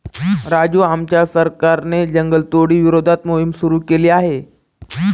राजू आमच्या सरकारने जंगलतोडी विरोधात मोहिम सुरू केली आहे